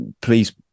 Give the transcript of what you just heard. please